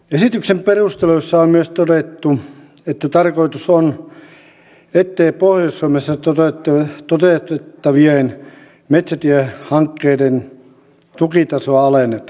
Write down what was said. esityksen perusteluissa on myös todettu että tarkoitus on ettei pohjois suomessa toteutettavien metsätiehankkeiden tukitasoa alenneta